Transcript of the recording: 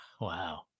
Wow